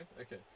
Okay